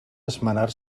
esmenar